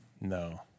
No